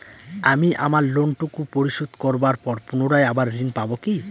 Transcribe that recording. আমি আমার লোন টুকু পরিশোধ করবার পর পুনরায় আবার ঋণ পাবো কি?